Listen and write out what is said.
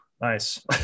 Nice